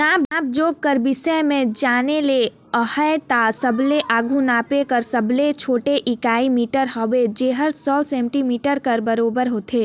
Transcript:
नाप जोख कर बिसे में जाने ले अहे ता सबले आघु नापे कर सबले छोटे इकाई मीटर हवे जेहर सौ सेमी कर बराबेर होथे